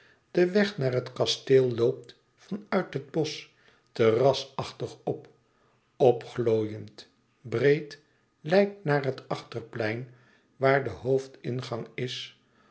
de weg naar het kasteel loopt van uit het bosch terrasachtig op opglooiend breed leidt naar het achterplein waar de hoofdingang is